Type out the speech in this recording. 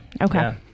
Okay